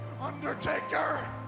Undertaker